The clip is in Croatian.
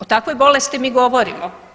O takvoj bolesti mi govorimo.